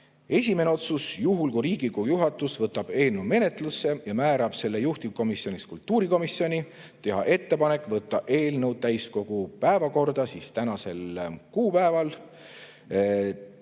Esimene otsus: juhul, kui Riigikogu juhatus võtab eelnõu menetlusse ja määrab selle juhtivkomisjoniks kultuurikomisjoni, teha ettepanek võtta eelnõu täiskogu päevakorda tänasel kuupäeval.